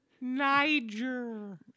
Niger